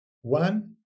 One